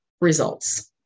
results